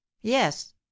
yes